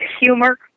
humor